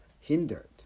hindered